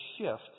shift